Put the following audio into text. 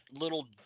little